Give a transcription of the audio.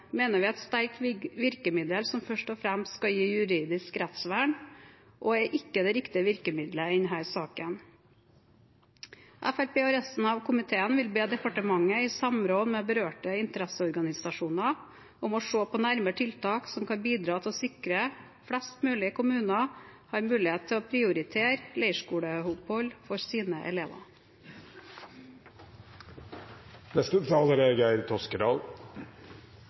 mener vi er et sterkt virkemiddel som først og fremst skal gi et juridisk rettsvern, og er ikke det riktige virkemiddelet i denne saken. Fremskrittspartiet og resten av komiteen vil be departementet, i samråd med berørte interesseorganisasjoner, om å se nærmere på tiltak som kan bidra til å sikre at flest mulig kommuner har mulighet til å prioritere leirskoleopphold for sine elever. Leirskole er